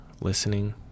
listening